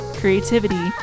creativity